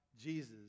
Jesus